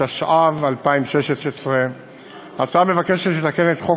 התשע"ו 2016. ההצעה מבקשת לתקן את חוק